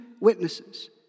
witnesses